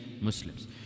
Muslims